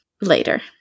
later